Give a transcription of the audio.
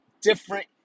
different